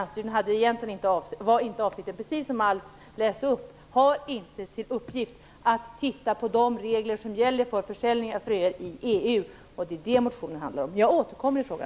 Som Alf Eriksson refererade till är avsikten med landsstudien inte att man skall se över de regler som gäller för försäljning av fröer i EU, men det är det som motionen handlar om. Jag återkommer i frågan.